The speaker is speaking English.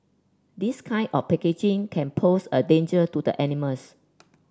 this kind of packaging can pose a danger to the animals